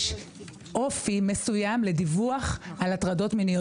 יש אופי מסוים לדיווח על הטרדות מיניות